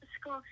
school